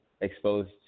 exposed